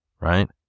right